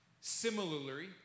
Similarly